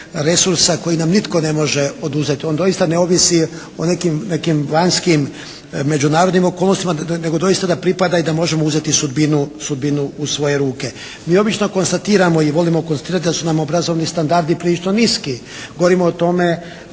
resursa koji nam nitko ne može oduzeti. On doista ne ovisi o nekim vanjskim međunarodnim okolnostima, nego doista da pripada i da možemo uzeti sudbinu u svoje ruke. Mi obično konstatiramo i volimo konstatirati da su nam obrazovni standardi prilično niski. Govorimo o tome